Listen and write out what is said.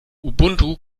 ubuntu